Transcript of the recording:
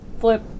flip